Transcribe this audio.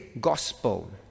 gospel